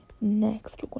next